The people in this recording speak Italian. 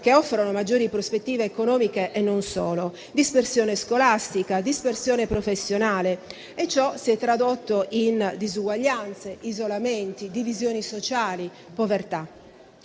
che offrono maggiori prospettive economiche, e non solo: dispersione scolastica e dispersione professionale. Ciò si è tradotto in disuguaglianze, isolamenti, divisioni sociali, povertà.